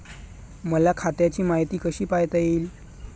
मले खात्याची मायती कशी पायता येईन?